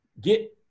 get